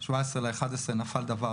17 בנובמבר, נפל דבר.